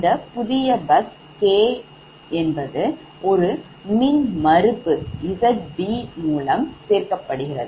இந்த புதிய busk ஒரு மின்மறுப்பு Zb மூலம் சேர்க்கப்படுகிறது